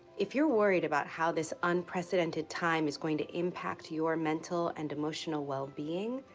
if you're worried about how this unprecedented time is going to impact your mental and emotional well-being,